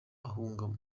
ahunga